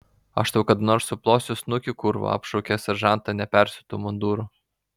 aš tau kada nors suplosiu snukį kurva apšaukė seržantą nepersiūtu munduru